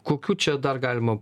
kokių čia dar galima